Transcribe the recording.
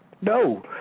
No